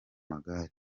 magare